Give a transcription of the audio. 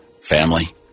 family